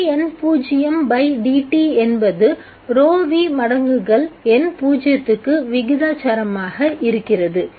dN0dt என்பது ρv மடங்குகள் N0 க்கு விகிதாசாரமாக இருக்கிறது